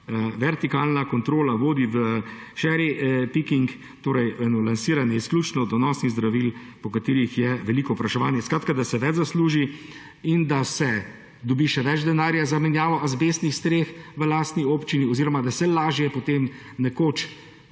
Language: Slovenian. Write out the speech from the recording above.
vertikalna kontrola vodi v cherry picking, torej v eno lansiranje izključno donosnih zdravil, po katerih je veliko povpraševanje, skratka, da se več zasluži in da se dobi še več denarja za menjavo azbestnih streh v lastni občini oziroma da se lažje potem nekoč,